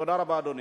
תודה רבה, אדוני.